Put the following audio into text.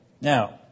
now